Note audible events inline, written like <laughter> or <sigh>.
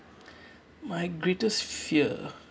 <breath> my greatest fear